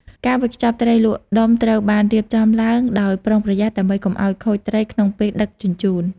ការវេចខ្ចប់ ត្រីលក់ដុំត្រូវបានរៀបចំឡើងដោយប្រុងប្រយ័ត្នដើម្បីកុំឱ្យខូចត្រីក្នុងពេលដឹកជញ្ជូន។